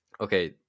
Okay